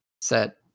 set